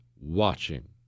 watching